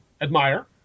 admire